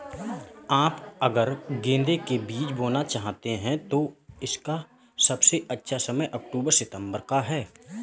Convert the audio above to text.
आप अगर गेंदे के बीज बोना चाहते हैं तो इसका सबसे अच्छा समय अक्टूबर सितंबर का है